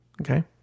Okay